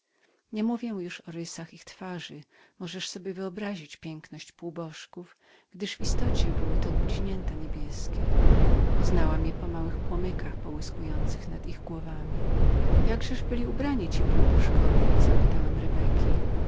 nie mówię ci już o rysach ich twarzy możesz sobie wyobrazić piękność półbożków gdyż w istocie były to bliźnięta niebieskie poznałam je po małych płomykach połyskujących na ich skrzydłach jakżeż byli ubrani ci półbożkowie zapytałem rebeki